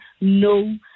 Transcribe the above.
No